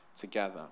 together